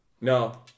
No